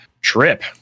Trip